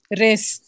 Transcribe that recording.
race